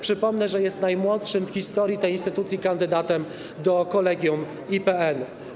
Przypomnę, że jest najmłodszym w historii tej instytucji kandydatem na członka Kolegium IPN-u.